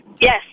Yes